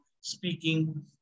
speaking